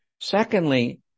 Secondly